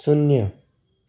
શૂન્ય